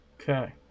Okay